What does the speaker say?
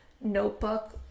notebook